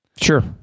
Sure